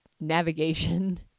navigation